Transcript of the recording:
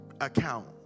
account